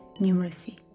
numeracy